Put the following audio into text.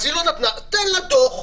תן לה דוח,